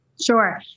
Sure